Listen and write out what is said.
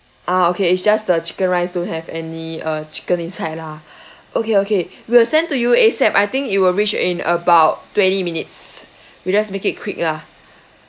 ah okay it's just the chicken rice don't have any uh chicken inside lah okay okay we'll send to you A_S_A_P I think it will reach in about twenty minutes we'll just make it quick lah